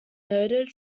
noted